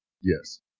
Yes